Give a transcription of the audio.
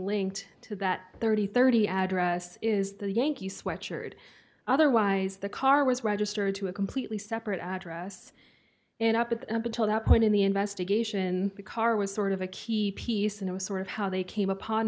linked to that three thousand and thirty address is the yankee sweatshirt otherwise the car was registered to a completely separate address and up and up until that point in the investigation the car was sort of a key piece and it was sort of how they came upon